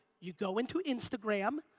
you go into instagram,